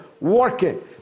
working